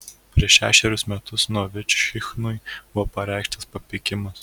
prieš šešerius metus novičichinui buvo pareikštas papeikimas